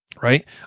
Right